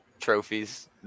trophies